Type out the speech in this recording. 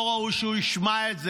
לא ראוי שהוא ישמע את זה.